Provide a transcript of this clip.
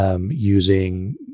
using